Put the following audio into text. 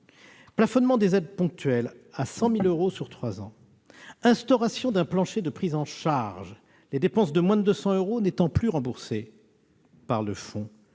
plafonnement des aides ponctuelles à 100 000 euros sur trois ans ; instauration d'un plancher de prise en charge, les dépenses de moins de 200 euros n'étant plus remboursées par le fonds